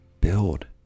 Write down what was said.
build